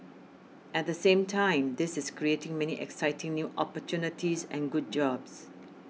at the same time this is creating many exciting new opportunities and good jobs